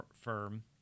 firm